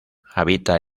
habita